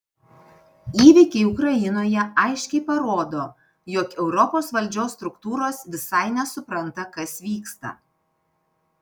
įvykiai ukrainoje aiškiai parodo jog europos valdžios struktūros visai nesupranta kas vyksta